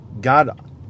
God